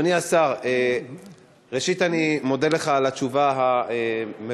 אדוני השר, ראשית אני מודה לך על התשובה המפורטת.